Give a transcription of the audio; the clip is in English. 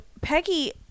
Peggy